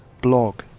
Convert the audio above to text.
blog